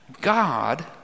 God